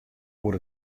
oer